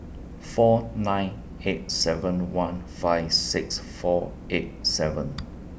four nine eight seven one five six four eight seven